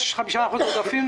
יש נניח 5% עודפים.